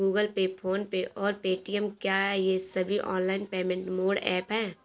Google Pay PhonePe और Paytm क्या ये सभी ऑनलाइन पेमेंट मोड ऐप हैं?